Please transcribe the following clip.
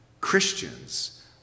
Christians